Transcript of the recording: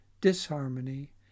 disharmony